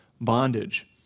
bondage